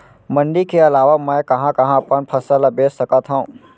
मण्डी के अलावा मैं कहाँ कहाँ अपन फसल ला बेच सकत हँव?